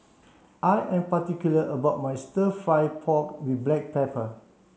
I am particular about my stir fry pork with black pepper